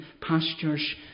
pastures